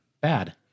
bad